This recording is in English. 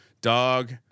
Dog